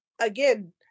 again